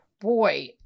boy